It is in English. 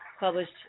published